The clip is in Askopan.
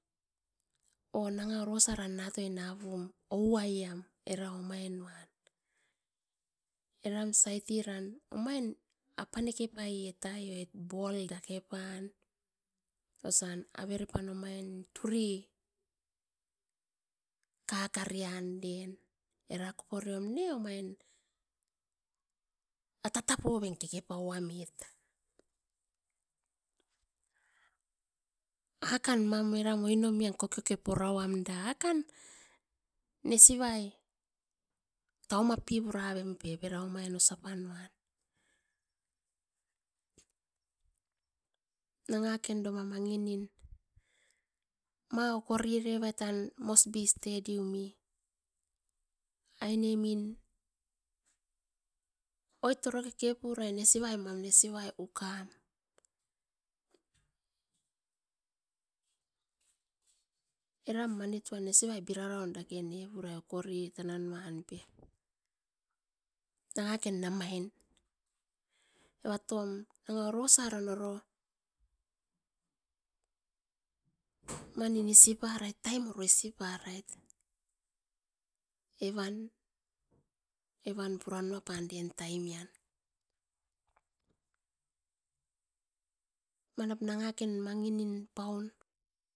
Oh nanga orosan natoi napum ouaiam era omaniavan eram saitin ram eram apanakepaiet pai oit bol dakepan, osina averepan omain turi kakarian iren erakoporio erom ne omain atatapovit kepauvit akan man era oinomian kokioke purauam akan nesivai taumappipuravempep era omain osapanuan, nangaken dova manginin ma okorirevaitan Moresby stadiumi ainemin oit orokekepuriai nesivai nesivai ukan eram maniutuam nesivai biraraun dake niepurai tananuan pep nangaken namain evatom nanga orosara nanga oro manin isiparait taimin oro isiparait evan evan puranuapan taimian. Manap nangaken manginin paun.